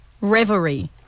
Reverie